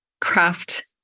craft